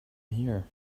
here